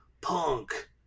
punk